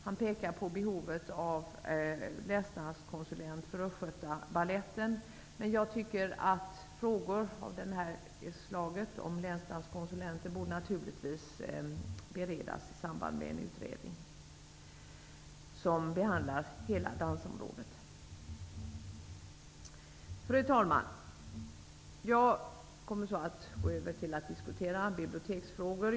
Han pekar på behovet av en länsdanskonsulent för Östgötabaletten. Men jag tycker att frågor av detta slag, dvs. om länsdanskonsulenter, naturligtvis borde beredas i samband med en utredning som behandlar hela dansområdet. Fru talman! Jag kommer nu att övergå till att tala om biblioteksfrågor.